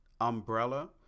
umbrella